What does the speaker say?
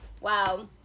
wow –